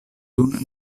dum